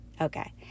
Okay